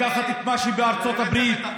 לקחת את מה שבארצות הברית,